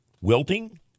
wilting